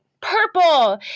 purple